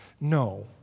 No